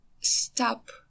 stop